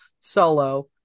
Solo